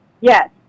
Yes